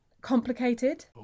complicated